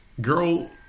Girl